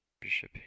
bishop